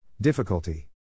Difficulty